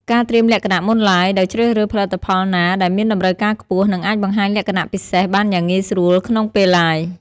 ការត្រៀមលក្ខណៈមុន Live ដោយជ្រើសរើសផលិតផលណាដែលមានតម្រូវការខ្ពស់ និងអាចបង្ហាញលក្ខណៈពិសេសបានយ៉ាងងាយស្រួលក្នុងពេល Live។